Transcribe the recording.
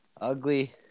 ugly